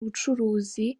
ubucuruzi